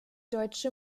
deutsche